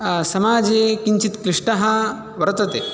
समाजे किञ्चित् क्लिष्टः वर्तते